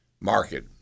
market